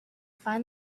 find